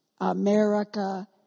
America